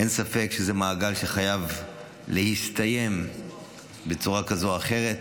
אין ספק שזה מעגל שחייב להסתיים בצורה כזאת או אחרת,